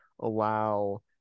allow